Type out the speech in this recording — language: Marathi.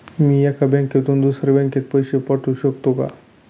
मी एका बँकेतून दुसऱ्या बँकेत पैसे पाठवू शकतो का?